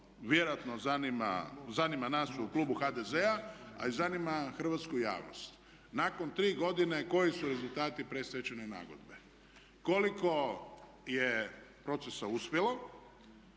vjerojatno zanima nas u klubu HDZ-a a i zanima hrvatsku javnost, nakon 3 godine koji su rezultati predstečajne nagodbe? Koliko je procesa uspjelo,